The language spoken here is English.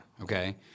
Okay